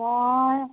মই